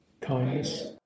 kindness